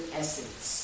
essence